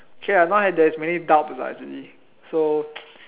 k I know like there's many doubts lah actually so